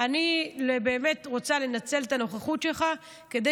אני באמת רוצה לנצל את הנוכחות שלך כדי